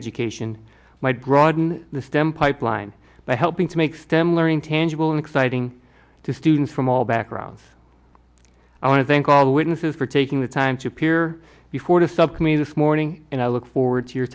education might broaden the stem pipeline by helping to make stem law tangible and exciting to students from all backgrounds i want to thank all the witnesses for taking the time to appear before to stop me this morning and i look forward to your